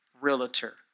realtor